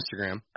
Instagram